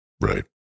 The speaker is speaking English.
Right